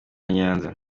nyanza